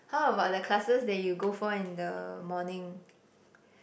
how about the classes that you go for in the morning